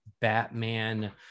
Batman